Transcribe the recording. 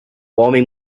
homem